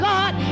God